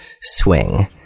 swing